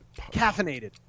Caffeinated